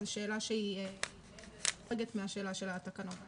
שאלה שהיא מעבר וחורגת מהשאלה של התקנות.